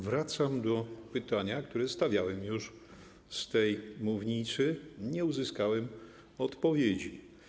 Wracam do pytania, które stawiałem już z tej mównicy i nie uzyskałem odpowiedzi.